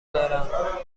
دارم